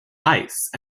ice